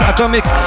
Atomic